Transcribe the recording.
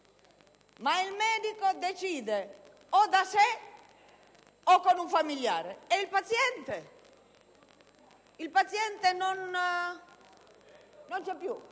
ma il medico decide da solo o con un familiare. E il paziente? Il paziente non c'è più.